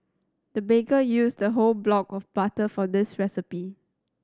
the baker used a whole block of butter for this recipe